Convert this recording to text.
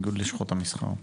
איגוד לשכות המסחר.